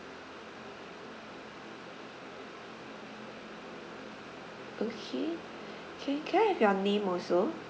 okay can can I have your name also